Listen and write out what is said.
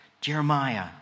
Jeremiah